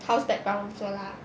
house that bounds also lah